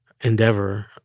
endeavor